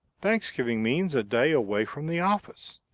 thanksgiving means a day away from the office.